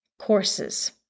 courses